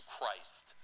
Christ